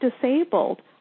disabled